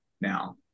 now